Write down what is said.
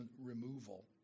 removal